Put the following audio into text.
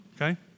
Okay